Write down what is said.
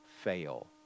fail